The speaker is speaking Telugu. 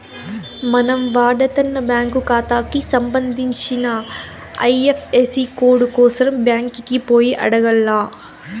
మనం వాడతన్న బ్యాంకు కాతాకి సంబంధించిన ఐఎఫ్ఎసీ కోడు కోసరం బ్యాంకికి పోయి అడగాల్ల